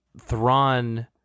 Thrawn